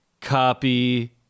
copy